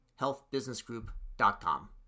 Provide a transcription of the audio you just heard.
healthbusinessgroup.com